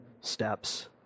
steps